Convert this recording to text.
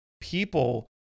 people